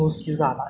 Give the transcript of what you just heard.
skills